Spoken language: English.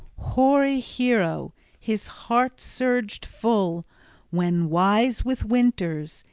hoary hero his heart surged full when, wise with winters,